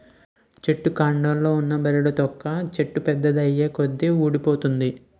చెట్టు కాండంలో ఉన్న బెరడు తొక్క చెట్టు పెద్దది ఐతున్నకొలది వూడిపోతుంది